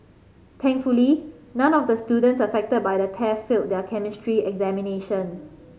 thankfully none of the students affected by the theft failed their Chemistry examination